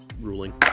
ruling